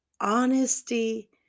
honesty